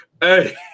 hey